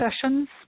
sessions